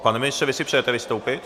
Pane ministře, vy si přejete vystoupit?